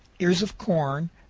ears of corn,